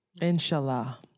Inshallah